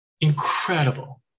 incredible